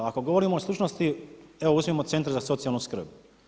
Ako govorimo o stručnosti evo, uzmimo centar za socijalnu skrb.